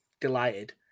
delighted